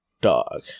dog